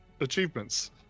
achievements